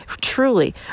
truly